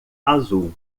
azul